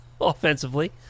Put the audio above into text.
offensively